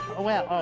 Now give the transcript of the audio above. well,